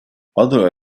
other